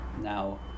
now